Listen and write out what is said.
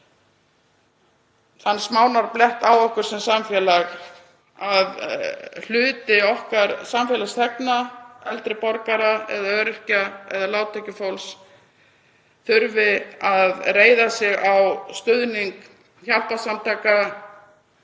þann smánarblett á okkur sem samfélag að hluti okkar samfélagsþegna, eldri borgara, öryrkja, lágtekjufólks, þurfi að reiða sig á stuðning hjálparsamtaka,